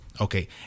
Okay